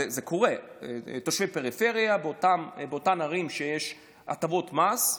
אצל תושבי פריפריה, באותן ערים שיש בהן הטבות מס: